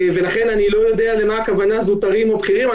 ולכן אני לא יודע למה הכוונה זוטרים או בכירים.